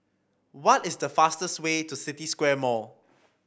what is the fastest way to City Square Mall